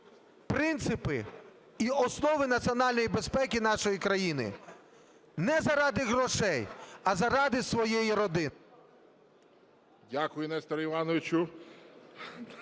принципи і основи національної безпеки нашої країни. Не заради грошей, а заради своєї родини. ГОЛОВУЮЧИЙ. Дякую, Несторе Івановичу.